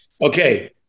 Okay